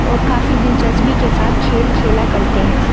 اور کافی دلچسپی کے ساتھ کھیل کھیلا کرتے ہیں